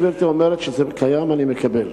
אם גברתי אומרת שזה קיים, אני מקבל.